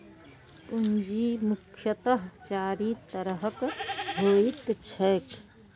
पूंजी मुख्यतः चारि तरहक होइत छैक